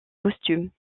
costumes